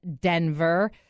Denver